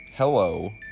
Hello